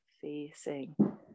facing